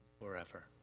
forever